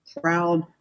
proud